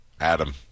Adam